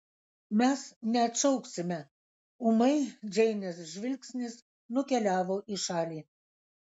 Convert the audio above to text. mes neatšauksime ūmai džeinės žvilgsnis nukeliavo į šalį